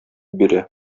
бирә